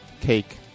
cake